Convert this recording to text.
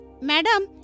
Madam